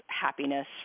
happiness